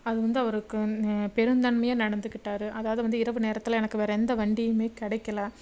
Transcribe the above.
அது வந்து அவருக்கு பெருந்தன்மையாக நடந்துக்கிட்டாரு அதாவது வந்து இரவு நேரத்தில் எனக்கு வேறு எந்த வண்டியுமே கிடைக்கில